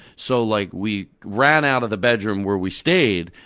so, like, we ran out of the bedroom where we stayed,